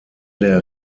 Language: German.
der